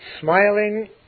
smiling